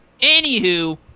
Anywho